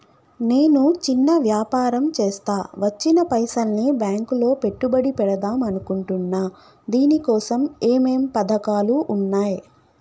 నేను చిన్న వ్యాపారం చేస్తా వచ్చిన పైసల్ని బ్యాంకులో పెట్టుబడి పెడదాం అనుకుంటున్నా దీనికోసం ఏమేం పథకాలు ఉన్నాయ్?